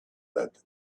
that